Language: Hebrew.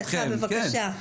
בדקה, בבקשה.